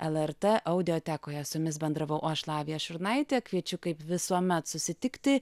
el er tė audiotekoje su jumis bendravau aš lavija šurnaitė kviečiu kaip visuomet susitikti